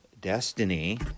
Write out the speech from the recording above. destiny